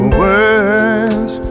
words